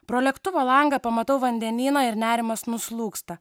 pro lėktuvo langą pamatau vandenyną ir nerimas nuslūgsta